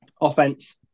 Offense